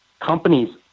companies